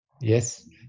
yes